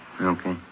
Okay